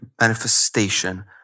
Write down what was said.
manifestation